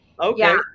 Okay